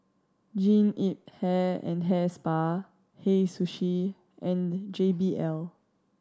Jean Yip Hair and Hair Spa Hei Sushi and the J B L